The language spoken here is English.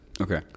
Okay